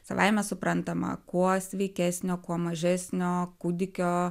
savaime suprantama kuo sveikesnio kuo mažesnio kūdikio